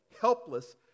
helpless